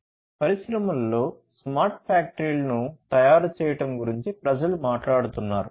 పరిశ్రమలలో స్మార్ట్ ఫ్యాక్టరీలను తయారు చేయడం గురించి ప్రజలు మాట్లాడుతున్నారు